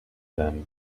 them